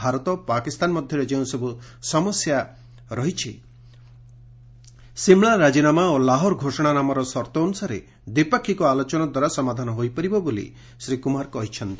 ଭାରତ ପାକିସ୍ତାନ ମଧ୍ୟରେ ଯେଉଁସବୁ ସମସ୍ୟା ରାହିଛି ସିମଳା ରାଜିନାମା ଓ ଲାହୋର୍ ଘୋଷଣାନାମାର ସର୍ତ୍ତ ଅନୁସାରେ ଦ୍ୱିପାକ୍ଷିକ ଆଲୋଚନା ଦ୍ୱାରା ସମାଧାନ ହୋଇପାରିବ ବୋଲି ଶ୍ରୀ କୁମାର କହିଛନ୍ତି